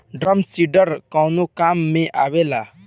Drum seeder कवने काम में आवेला?